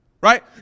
right